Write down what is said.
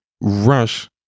rush